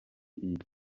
iyi